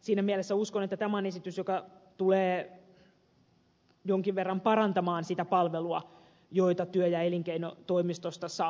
siinä mielessä uskon että tämä on esitys joka tulee jonkin verran parantamaan sitä palvelua jota työ ja elinkeinotoimistosta saa